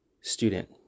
student